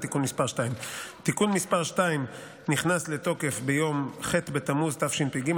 התשפ"ב 2022. תיקון מס' 2 נכנס לתוקף ביום ח' בתמוז התשפ"ג,